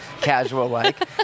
casual-like